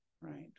right